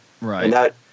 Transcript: Right